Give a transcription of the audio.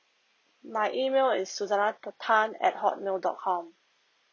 my email is suzana tan at hotmail dot com